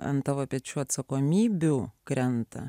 ant tavo pečių atsakomybių krenta